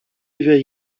wir